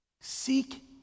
Seek